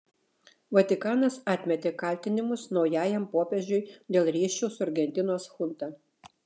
vatikanas atmetė kaltinimus naujajam popiežiui dėl ryšių su argentinos chunta